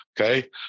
okay